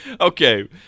Okay